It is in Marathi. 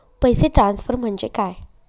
पैसे ट्रान्सफर म्हणजे काय?